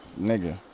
Nigga